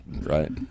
right